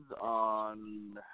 on